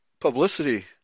publicity